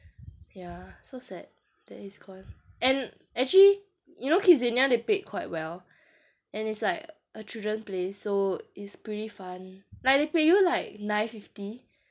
ya so sad that it's gone and actually you know kidzania they paid quite well and it's like a children place so it's pretty fun like they pay you like nine fifty